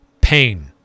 Pain